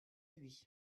lui